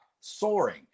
soaring